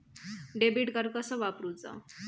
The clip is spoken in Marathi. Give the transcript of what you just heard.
डेबिट कार्ड कसा वापरुचा?